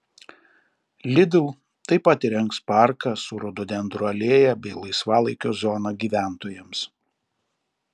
lidl taip pat įrengs parką su rododendrų alėja bei laisvalaikio zona gyventojams